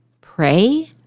pray